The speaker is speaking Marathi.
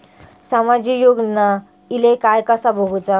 सामाजिक योजना इले काय कसा बघुचा?